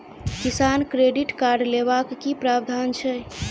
किसान credit card लेबाक की प्रावधान छै?